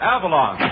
Avalon